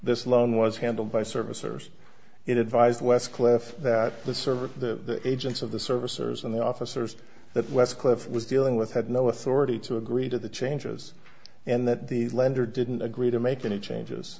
this loan was handled by servicers it advised westcliff that the service the agents of the services and the officers that westcliff was dealing with had no authority to agree to the changes and that the lender didn't agree to make any changes